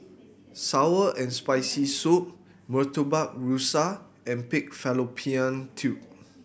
sour and Spicy Soup Murtabak Rusa and pig fallopian tube